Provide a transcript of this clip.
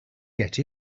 get